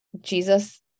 Jesus